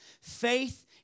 Faith